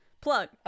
plug